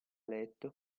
letto